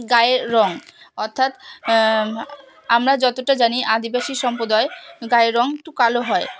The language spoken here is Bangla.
গায়ের রঙ অর্থাৎ আমরা যতটা জানি আদিবাসী সম্প্রদায় গায়ের রঙ একটু কালো হয়